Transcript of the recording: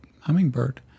hummingbird